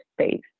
space